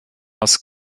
hass